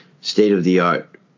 state-of-the-art